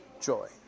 joy